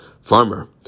farmer